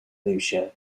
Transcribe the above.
lucia